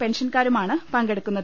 പെൻഷൻകാരുമാണ് പങ്കെടുക്കുന്നത്